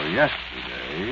yesterday